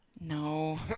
No